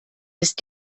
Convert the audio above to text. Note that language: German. ist